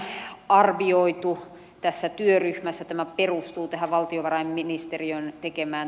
nyt on arvioitu työryhmässä tämä perustuu valtiovarainministeriön tekemän